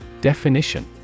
Definition